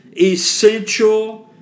essential